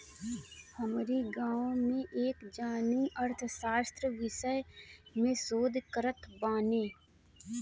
हमरी गांवे में एक जानी अर्थशास्त्र विषय में शोध करत बाने